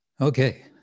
Okay